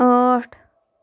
ٲٹھ